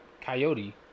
Coyote